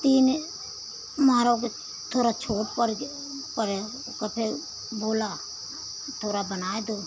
तीन मारो के थोड़ा छोट ओके फिर बोला थोड़ा बनाए दो